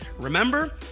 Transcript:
Remember